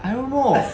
I don't know